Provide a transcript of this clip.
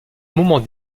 moment